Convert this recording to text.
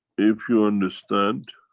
if you understand.